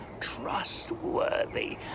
trustworthy